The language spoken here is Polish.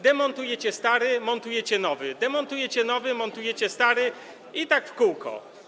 Demontujecie stary, montujecie nowy, demontujecie nowy, montujecie stary i tak w kółko.